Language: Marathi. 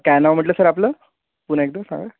काय नाव म्हटलं सर आपलं पुन्हा एकदा सांगा